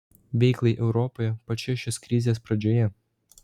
veiklai europoje pačioje šios krizės pradžioje